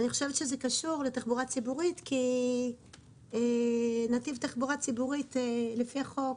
זה קשור לתחבורה הציבורית כי לפי החוק